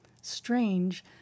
Strange